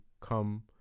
come